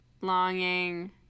longing